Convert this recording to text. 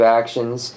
actions